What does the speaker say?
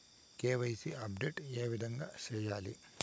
KYC update ఏ విధంగా సేయాలి?